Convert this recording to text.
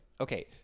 okay